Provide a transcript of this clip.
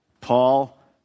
Paul